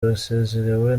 basezerewe